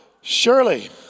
surely